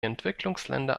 entwicklungsländer